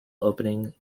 opening